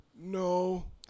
No